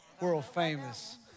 world-famous